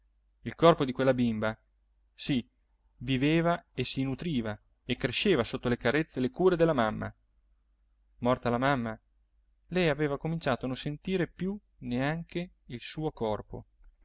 il corpo di quella bimba sì viveva e si nutriva e cresceva sotto le carezze e le cure della mamma morta la mamma lei aveva cominciato a non sentire più neanche il suo corpo